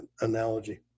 analogy